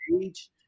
age